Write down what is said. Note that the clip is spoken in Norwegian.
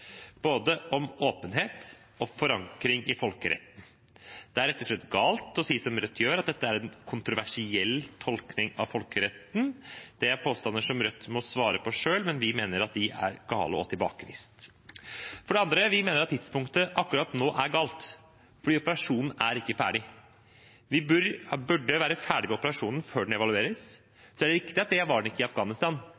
åpenhet og forankring i folkeretten. Det er rett og slett galt å si som Rødt gjør, at dette er en kontroversiell tolkning av folkeretten. Det er påstander som Rødt må svare for selv, men vi mener at de er gale og tilbakevist. For det andre: Vi mener at tidspunktet akkurat nå er galt, for operasjonen er ikke ferdig. Vi burde være ferdig med operasjonen før den evalueres.